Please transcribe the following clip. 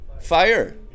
Fire